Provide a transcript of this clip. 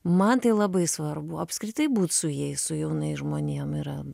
man tai labai svarbu apskritai būt su jais su jaunais žmonėm yra